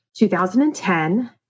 2010